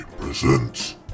presents